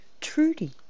Trudy